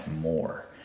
more